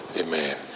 Amen